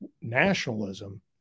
nationalism